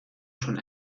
schon